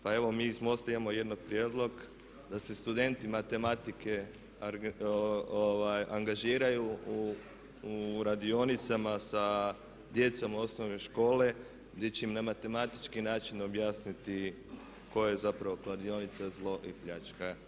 Pa evo mi iz MOST-a imamo jedan prijedlog da se studenti matematike angažiraju u radionicama sa djecom osnovne škole gdje će im na matematički način objasniti koja je zapravo kladionica zlo i pljačka.